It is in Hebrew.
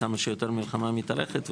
כמה שיותר המלחמה מתארכת,